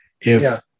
If-